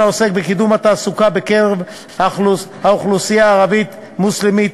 העוסק בקידום התעסוקה בקרב האוכלוסייה הערבית-מוסלמית,